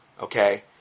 okay